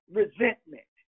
resentment